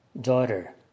daughter